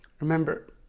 Remember